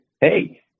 hey